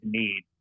need